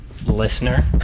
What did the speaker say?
Listener